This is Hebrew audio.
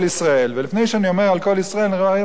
מדבר על "קול ישראל" אני חייב לומר שיש שיפור שם,